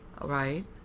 Right